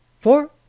four